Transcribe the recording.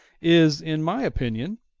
is, in my opinion,